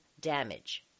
damage